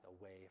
away